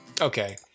Okay